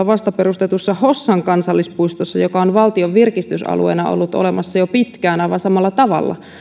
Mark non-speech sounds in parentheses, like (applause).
(unintelligible) vasta perustetussa hossan kansallispuistossa joka on valtion virkistysalueena ollut olemassa jo pitkään aivan samalla tavalla